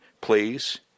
please